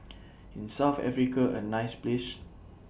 IS South Africa A nice Place